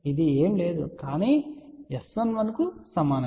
ఇది ఏమీ కాదు కానీ S11 కు సమానం